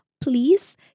please